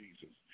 Jesus